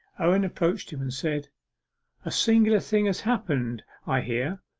owen approached him and said a singular thing has happened, i hear.